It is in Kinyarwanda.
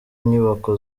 inyubako